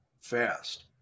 fast